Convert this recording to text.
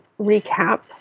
recap